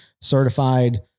certified